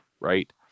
right